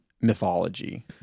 mythology